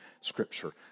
Scripture